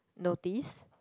notice